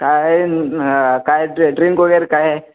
काय काय डि ड्रिंक वगैरे काय आहे